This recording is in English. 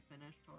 finished